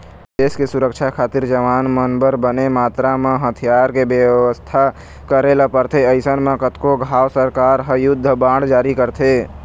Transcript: देस के सुरक्छा खातिर जवान मन बर बने मातरा म हथियार के बेवस्था करे ल परथे अइसन म कतको घांव सरकार ह युद्ध बांड जारी करथे